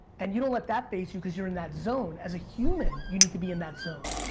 and you don't let that phase you because you're in that zone. as a human you need to be in that zone.